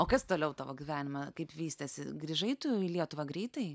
o kas toliau tavo gyvenime kaip vystėsi grįžai tu į lietuvą greitai